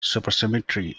supersymmetry